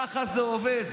ככה זה עובד.